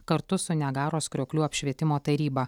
kartu su niagaros krioklių apšvietimo taryba